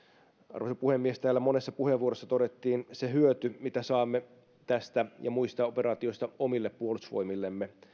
arvoisa puhemies täällä monessa puheenvuorossa todettiin se hyöty mitä saamme tästä ja muista operaatioista omille puolustusvoimillemme ja